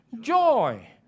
joy